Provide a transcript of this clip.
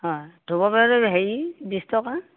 অ ধূপৰ পেকেটটো হেৰি বিশ টকা